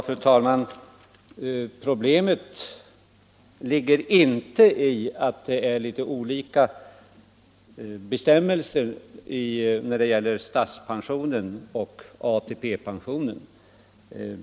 Fru talman! Problemet ligger inte i att bestämmelserna är litet olika för statspensionen och ATP.